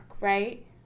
right